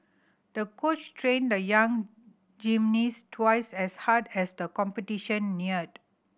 the coach trained the young gymnast twice as hard as the competition neared